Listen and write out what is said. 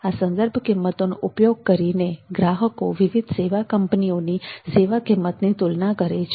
આ સંદર્ભ કિંમતોનો ઉપયોગ કરીને ગ્રાહકો વિવિધ સેવા કંપનીઓની સેવા કિંમતની તુલના કરે છે